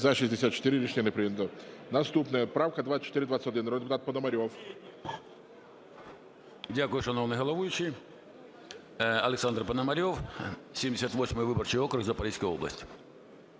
Дякую, шановний головуючий. Олександр Пономарьов, 78 виборчий округ, Запорізька область.